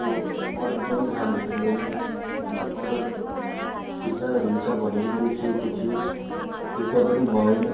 त्यो अर्डर पनि राम्रो थिएन अन्त अर्डर फिर्ता हुन्छ भनेर लेखिएको थियो फिर्ता पनि भएन